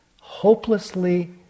hopelessly